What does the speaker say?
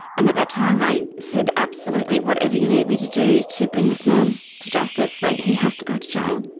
and at that time i said absolutely, whatever you need me to do to bring this man to justice. like he has to go to jail.